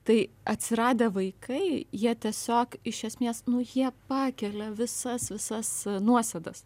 tai atsiradę vaikai jie tiesiog iš esmės nu jie pakelia visas visas nuosėdas